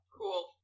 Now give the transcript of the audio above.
Cool